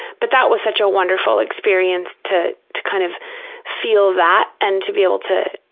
but that was such a wonderful experience to to kind of feel that and to be able to,